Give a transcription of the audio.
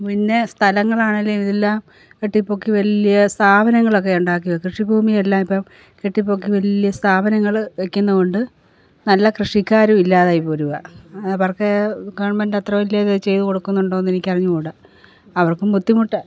പിന്നെ സ്ഥലങ്ങൾ ആണെങ്കിലും ഇതെല്ലാം കെട്ടിപ്പൊക്കി വലിയ സ്ഥാപനങ്ങളൊക്കെ ഉണ്ടാക്കി വെക്കും കൃഷി ഭൂമി എല്ലാം ഇപ്പം കെട്ടിപ്പൊക്കി വലിയ സ്ഥാപനങ്ങൾ വെയ്ക്കുന്നതുകൊണ്ട് നല്ല കൃഷിക്കാരും ഇല്ലാതായി പോരുകയാ അവര്ക്ക് ഗവണ്മെന്റ് അത്ര വല്യ ഇത് ചെയ്ത് കൊടുക്കുന്നുണ്ടോ എന്ന് എനിക്ക് അറിഞ്ഞുകൂട അവര്ക്കും ബുദ്ധിമുട്ടാ